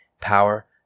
power